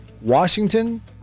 Washington